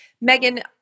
Megan